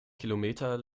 kilometer